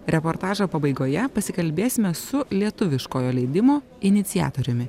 reportažo pabaigoje pasikalbėsime su lietuviškojo leidimo iniciatoriumi